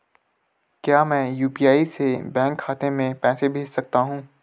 क्या मैं यु.पी.आई से बैंक खाते में पैसे भेज सकता हूँ?